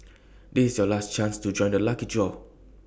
this is your last chance to join the lucky draw